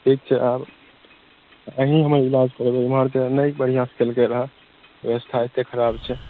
ठीक छै आब अहीं हमर इलाज करबै ओम्हर नहि बढ़िऑं सॅं केलकै रहय व्यवस्था एते ख़राब छै